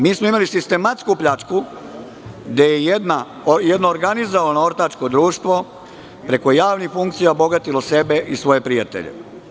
Mi smo imali sistematsku pljačku, gde je jedno organizovano ortačko društvo preko javnih funkcija obogatilo sebe i svoje prijatelje.